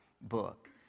book